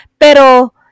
pero